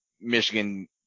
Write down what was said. Michigan